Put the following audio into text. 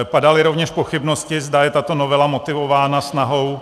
Padaly rovněž pochybnosti, zda je tato novela motivována snahou...